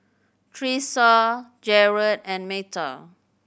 Thresa Jarred and Metha